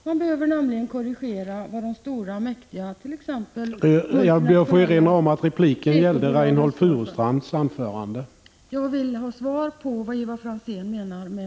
Man behöver nämligen korrigera vad de stora och mäktiga multinationella företagen och importörerna ställer till med.